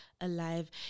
Alive